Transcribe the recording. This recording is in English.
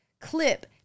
clip